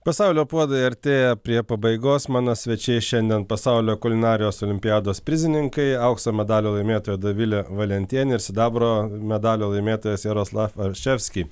pasaulio puodai artėja prie pabaigos mano svečiai šiandien pasaulio kulinarijos olimpiados prizininkai aukso medalio laimėtoja dovilė valentienė ir sidabro medalio laimėtojas jaroslav orševski